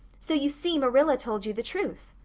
so you see marilla told you the truth.